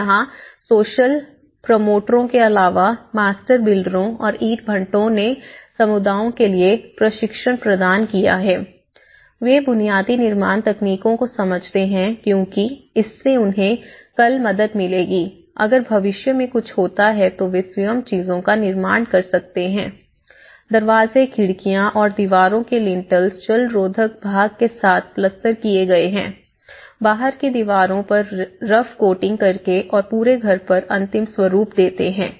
और यहाँ सोशल प्रमोटरों के अलावा मास्टर बिल्डरों और ईंट भट्टों ने समुदायों के लिए प्रशिक्षण प्रदान किया है वे बुनियादी निर्माण तकनीकों को समझते हैं क्योंकि इससे उन्हें कल मदद मिलेगी अगर भविष्य में कुछ होता है तो वे स्वयं चीजों का निर्माण कर सकते हैं दरवाजे खिड़कियां और दीवारों के लिंटल्स जलरोधक भाग के साथ पलस्तर किए गए हैं बाहर की दीवारों पर रफ कोटिंग करके और पूरे घर पर अंतिम स्वरूप देते हैं